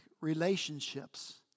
relationships